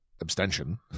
abstention